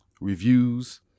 Reviews